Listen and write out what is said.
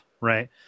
right